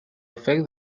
affect